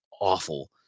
awful